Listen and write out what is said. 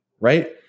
right